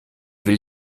will